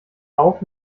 auf